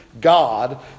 God